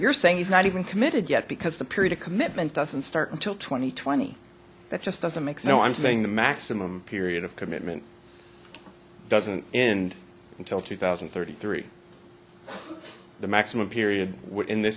you're saying is not even committed yet because the period of commitment doesn't start until twenty twenty that just doesn't make so i'm saying the maximum period of commitment doesn't end until two thousand and thirty three the maximum period in this